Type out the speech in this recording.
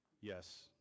yes